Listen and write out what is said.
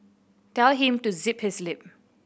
tell him to zip his lip